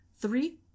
Three